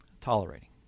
tolerating